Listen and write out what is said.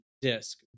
disc